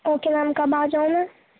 okay ma'am کب آ جاؤں میں